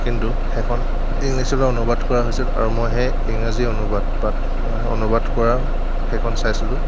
কিন্তু সেইখন ইংলিছলৈ অনুবাদ কৰা হৈছিল আৰু মই সেই ইংৰাজী অনুবাদ অনুবাদ কৰা সেইখন চাইছিলোঁ